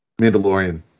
Mandalorian